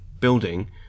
building